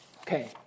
Okay